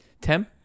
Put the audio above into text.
Tim